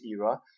era